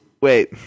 Wait